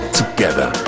together